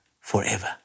forever